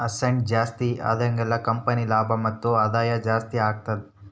asset ಜಾಸ್ತಿ ಆದಾಗೆಲ್ಲ company ಲಾಭ ಮತ್ತು ಆದಾಯ ಜಾಸ್ತಿ ಆಗುತ್ತೆ